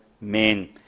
men